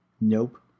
Nope